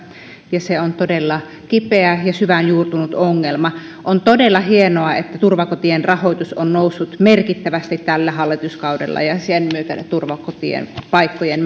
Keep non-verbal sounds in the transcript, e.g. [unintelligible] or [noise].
ja se on todella kipeä ja syvään juurtunut ongelma on todella hienoa että turvakotien rahoitus on noussut merkittävästi tällä hallituskaudella ja sen myötä turvakotipaikkojen [unintelligible]